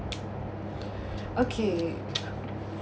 okay